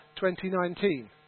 2019